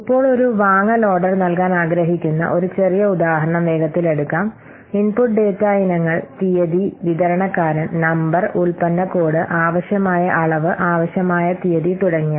ഇപ്പോൾ ഒരു വാങ്ങൽ ഓർഡർ നൽകാൻ ആഗ്രഹിക്കുന്ന ഒരു ചെറിയ ഉദാഹരണം വേഗത്തിൽ എടുക്കാം ഇൻപുട്ട് ഡാറ്റ ഇനങ്ങൾ തീയതി വിതരണക്കാരൻ നമ്പർ ഉൽപ്പന്ന കോഡ് ആവശ്യമായ അളവ് ആവശ്യമായ തീയതി തുടങ്ങിയവ